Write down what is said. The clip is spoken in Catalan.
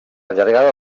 llargada